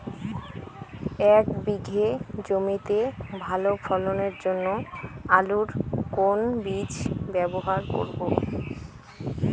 এক বিঘে জমিতে ভালো ফলনের জন্য আলুর কোন বীজ ব্যবহার করব?